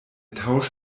tausch